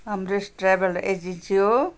हाम्रो travel agency हो